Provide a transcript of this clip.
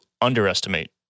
underestimate